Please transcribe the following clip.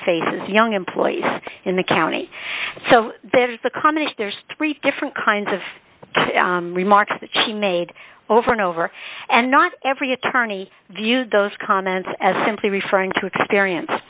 faces young employees in the county so there's a comment there's three different kinds of remarks that she made over and over and not every attorney viewed those comments as simply referring to experience